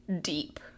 deep